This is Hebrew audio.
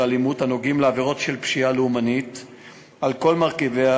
אלימות הקשורים לעבירות של פשיעה לאומנית על כל מרכיביה.